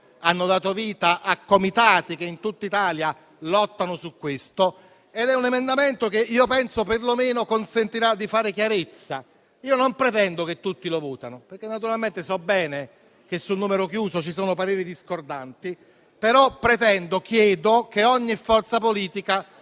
hanno dato vita a comitati che in tutta Italia lottano su questo. È un emendamento che perlomeno penso che consentirà di fare chiarezza. Non pretendo che tutti lo votino, perché so bene che sul numero chiuso ci sono pareri discordanti, ma pretendo e chiedo che ogni forza politica